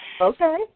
Okay